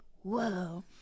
whoa